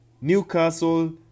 Newcastle